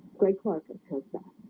great clarkson says that